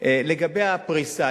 לגבי הפריסה,